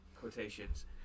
quotations